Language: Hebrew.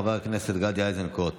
חבר הכנסת גדי איזנקוט,